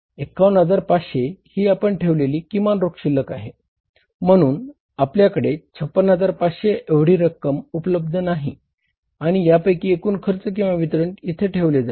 51500 ही आपण ठेवलेली किमान रोख शिल्लक आहे म्हणून आपल्याकडे 56500 एवढी रक्कम उपलब्ध नाही आणि यापैकी एकूण खर्च किंवा वितरण येथे ठेवले जाईल